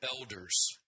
elders